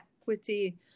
equity